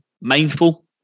mindful